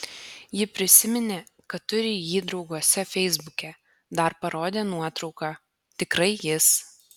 ji prisiminė kad turi jį drauguose feisbuke dar parodė nuotrauką tikrai jis